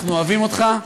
אנחנו אוהבים אותך,